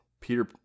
Peter